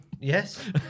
Yes